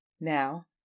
Now